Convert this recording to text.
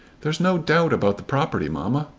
there's no doubt about the property, mamma.